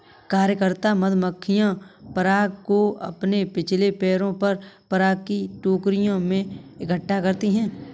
कार्यकर्ता मधुमक्खियां पराग को अपने पिछले पैरों पर पराग की टोकरियों में इकट्ठा करती हैं